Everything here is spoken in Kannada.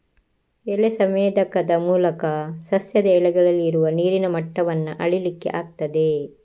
ಎಲೆ ಸಂವೇದಕದ ಮೂಲಕ ಸಸ್ಯದ ಎಲೆಗಳಲ್ಲಿ ಇರುವ ನೀರಿನ ಮಟ್ಟವನ್ನ ಅಳೀಲಿಕ್ಕೆ ಆಗ್ತದೆ